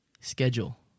schedule